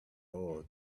all